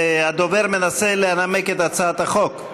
הדובר מנסה לנמק את הצעת החוק.